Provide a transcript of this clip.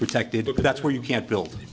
protected because that's where you can't build